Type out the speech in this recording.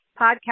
podcast